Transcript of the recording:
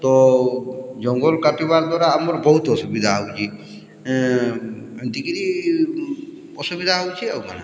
ତ ଜଙ୍ଗଲ କାଟିବା ଦ୍ୱାରା ଆମର୍ ବହୁତ୍ ଅସୁବିଧା ହଉଛେ ଏମିତିକିରି ଅସୁବିଧା ହଉଛେ ଆଉ କାଣା